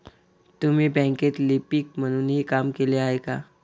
तुम्ही बँकेत लिपिक म्हणूनही काम केले आहे का?